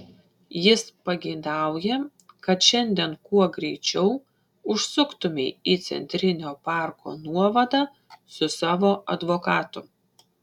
jis pageidauja kad šiandien kuo greičiau užsuktumei į centrinio parko nuovadą su savo advokatu